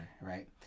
right